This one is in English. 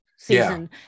season